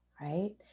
right